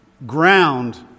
ground